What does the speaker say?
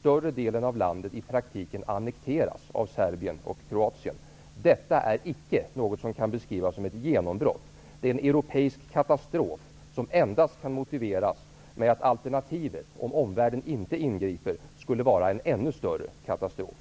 större delen av landet i praktiken annekteras av Serbien och Kroatien. Detta är icke något som kan beskrivas som ett genombrott. Det är en europeisk katastrof som endast kan motiveras med att alternativet, om omvärlden inte ingriper, skulle vara en ännu större katastrof.